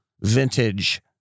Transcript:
vintage